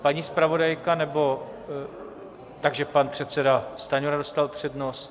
Paní zpravodajka, nebo takže pan předseda Stanjura dostal přednost.